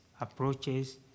approaches